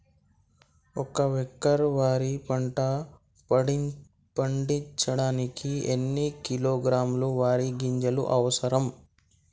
ఒక్క ఎకరా వరి పంట పండించడానికి ఎన్ని కిలోగ్రాముల వరి గింజలు అవసరం?